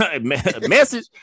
message